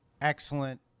excellent